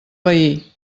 veí